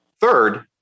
Third